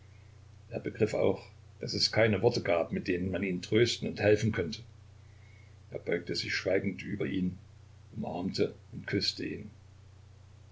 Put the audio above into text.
er begriff auch daß es keine worte gab mit denen man ihn trösten und ihm helfen könnte er beugte sich schweigend über ihn umarmte und küßte ihn